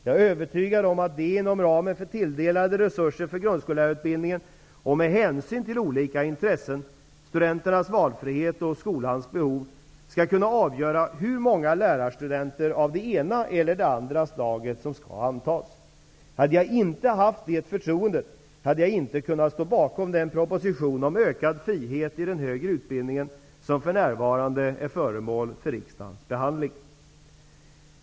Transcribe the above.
Jag är övertygad om att de inom ramen för tilldelade resurser för grundskollärarutbildning och med hänsyn till olika intressen -- studenternas valfrihet och skolans behov -- skall kunna avgöra hur många lärarstudenter av det ena eller det andra slaget som skall antas. Hade jag inte haft det förtroendet, hade jag inte kunnat stå bakom den proposition om ökad frihet i den högre utbildningen som för närvarande är föremål för riksdagens behandling.